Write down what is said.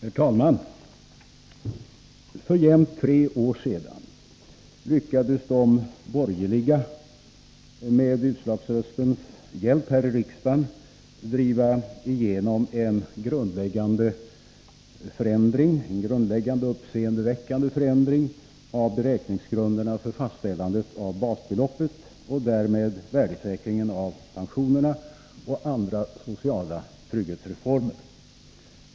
Herr talman! För jämnt tre år sedan lyckades de borgerliga, med utslagsröstens hjälp, här i riksdagen driva igenom en grundläggande och uppseendeväckande förändring av beräkningsgrunderna för fastställandet av basbeloppet och därmed värdesäkringen av pensionerna och andra sociala trygghetsreformer.